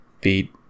beat